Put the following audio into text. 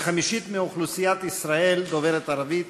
כחמישית מאוכלוסיית ישראל דוברת ערבית,